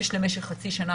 יש למשך חצי שנה,